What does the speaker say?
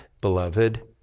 beloved